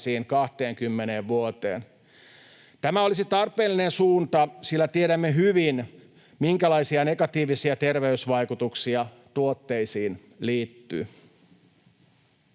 Tämä olisi tarpeellinen suunta, sillä tiedämme hyvin, minkälaisia negatiivisia terveysvaikutuksia tuotteisiin liittyy.